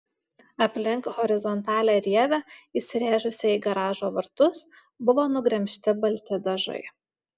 aplink horizontalią rievę įsirėžusią į garažo vartus buvo nugremžti balti dažai